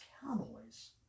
Cowboys